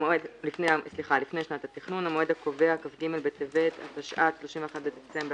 "המועד הקובע" כ"ג בטבת התשע"ט (31 בדצמבר